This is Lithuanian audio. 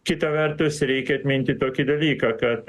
kitą vertus reikia atminti tokį dalyką kad